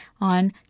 on